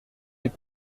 les